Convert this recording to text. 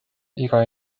iga